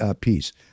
piece